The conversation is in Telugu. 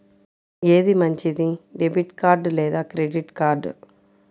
ఏది మంచిది, డెబిట్ కార్డ్ లేదా క్రెడిట్ కార్డ్?